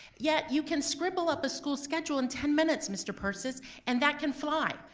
yet you can scribble up a school schedule in ten minutes mr. purses and that can fly,